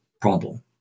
problem